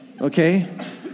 okay